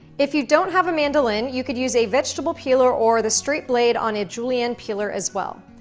if you don't have a mandoline, you could use a vegetable peeler or the straight blade on a julienne peeler as well.